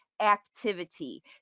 activity